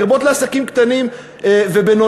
לרבות עסקים קטנים ובינוניים,